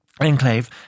Enclave